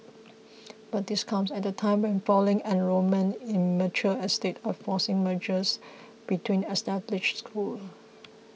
but this comes at a time when falling enrolment in mature estates are forcing mergers between established schools